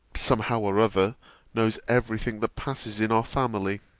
somehow or other, knows every thing that passes in our family.